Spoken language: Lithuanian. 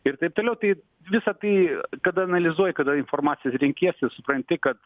ir taip toliau tai visa tai kada analizuoji kada informaciją ir renkiesi ir supranti kad